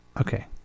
Okay